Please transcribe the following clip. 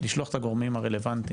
לשלוח את הגורמים הרלוונטיים